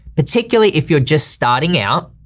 particularly if you're just starting out.